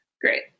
Great